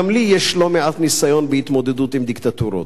גם לי יש לא מעט ניסיון בהתמודדות עם דיקטטורות.